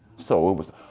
so it was,